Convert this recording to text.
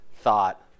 thought